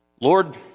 Lord